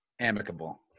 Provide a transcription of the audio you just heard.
amicable